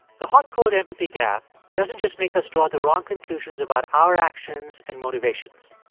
the hot-cold empathy gap doesn't just make us draw the wrong conclusions about our actions and motivations.